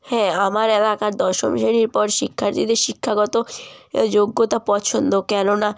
হ্যাঁ আমার এলাকার দশম শ্রেণির পর শিক্ষার্থীদের শিক্ষাগত যোগ্যতা পছন্দ কেননা